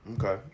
okay